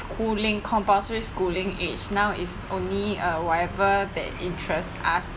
schooling compulsory schooling age now is only a whatever that interests us